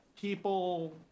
people